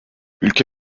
ülke